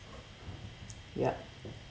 yup